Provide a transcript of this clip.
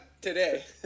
today